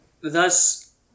thus